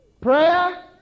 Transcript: prayer